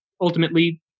ultimately